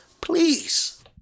please